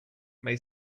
may